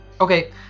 Okay